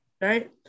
Right